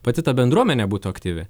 pati ta bendruomenė būtų aktyvi